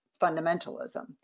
fundamentalism